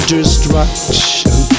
Destruction